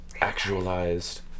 Actualized